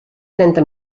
trenta